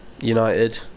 United